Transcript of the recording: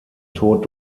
tod